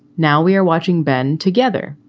now we are watching ben together,